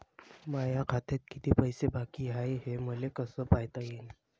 माया खात्यात किती पैसे बाकी हाय, हे मले कस पायता येईन?